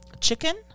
chicken